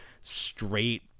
straight